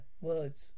Words